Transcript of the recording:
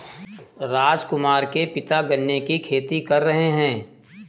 राजकुमार के पिता गन्ने की खेती कर रहे हैं